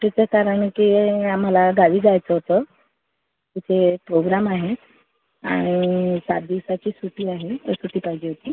त्याचं कारण की आम्हाला गावी जायचं होतं तिथे प्रोग्राम आहे आणि सात दिवसाची सुट्टी आहे तर सुट्टी पाहिजे होती